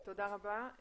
תודה רבה.